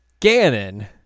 Ganon